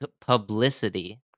publicity